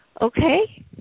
Okay